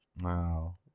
wow